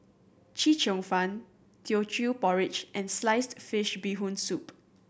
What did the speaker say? Chee Cheong Fun Teochew Porridge and sliced fish Bee Hoon Soup